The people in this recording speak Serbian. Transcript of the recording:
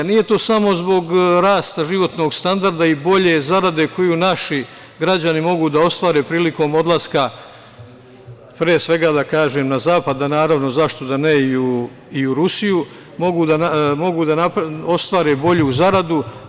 Nije to samo zbog rasta životnog standarda i bolje zarade koju najviše građani mogu da ostvare prilikom odlaska pre svega, da kažem, na zapad, a naravno, zašto da ne, i u Rusiju, mogu da ostvare bolju zaradu.